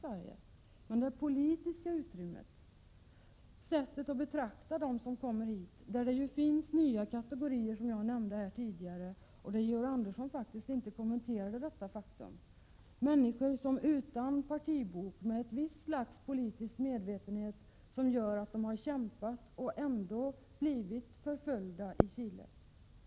Det gäller det politiska utrymmet för och sättet att betrakta dem som kommer hit — bland dem finns också nya kategorier, ett faktum som Georg Andersson inte kommenterade. Det kan vara fråga om människor utan partibok men med ett visst slags politisk medvetenhet som lett till att de trots allt har kämpat och blivit förföljda i Chile.